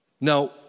Now